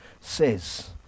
says